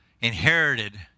inherited